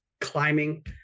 climbing